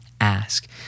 ask